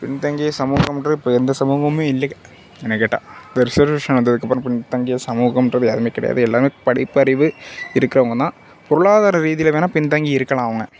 பின்தங்கிய சமுகம்ங்குறது எந்த சமுங்கம்மே இல்லைங்க என்ன கேட்டால் வந்ததுக்கு அப்புறோம் பின்தங்கிய சமுகம்ன்றது யாருமே கிடையாது எல்லாமே படிப்பறிவு இருக்குறவங்க தான் பொருளாதார ரீதியில வேணா பின்தங்கி இருக்கலாம் அவங்க